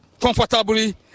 comfortably